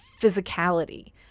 physicality